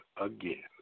again